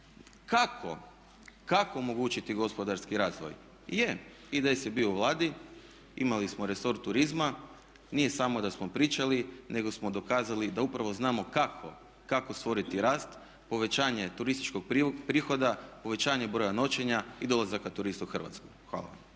kako omogućiti gospodarski razvoj. Je, IDS je bio u Vladi, imali smo resor turizma, nije samo da smo pričali nego smo dokazali da upravo znamo kako stvoriti rast, povećanje turističkog prihoda, povećanje broja noćenja i dolazaka turista u Hrvatsku. Hvala.